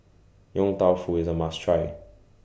Yong Tau Foo IS A must Try